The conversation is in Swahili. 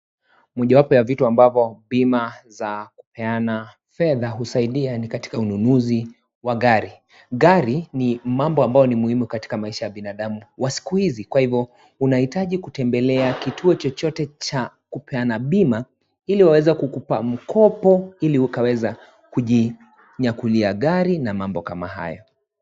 Mjowapo ya vitu ambavyo bima za kupeana fedha husaidia ni katika ununuzi wa gari. Gari ni mambo ambayo ni muhimu katika maisha ya binadamu wa siku hizi kwa hivyo unahitaji kutembelea kituo chochote cha kupeana bima ili waweze kukupa mkopo ili ukaweza kujinyakulia gari na mambo kama hayo.